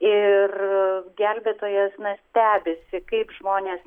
ir gelbėtojas na stebisi kaip žmonės